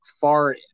far